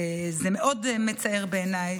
זה מאוד מצער, בעיניי.